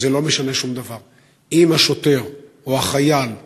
אם הם מציגים